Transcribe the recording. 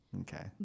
Okay